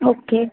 okay